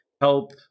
help